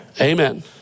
Amen